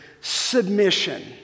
submission